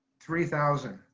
three thousand.